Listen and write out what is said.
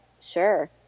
sure